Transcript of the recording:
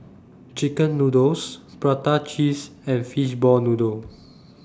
Chicken Noodles Prata Cheese and Fishball Noodle